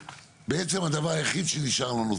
בעצם, הדבר היחיד שנשאר לנו.